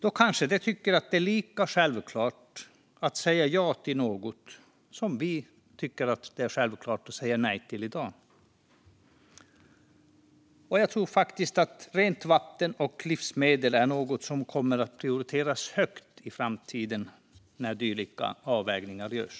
De kanske tycker att det är lika självklart att säga ja till något som vi i dag tycker att det är självklart att säga nej till. Jag tror faktiskt att rent vatten och livsmedel är något som kommer att prioriteras högt i framtiden när dylika avvägningar görs.